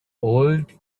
old